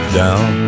down